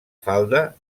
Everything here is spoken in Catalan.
falda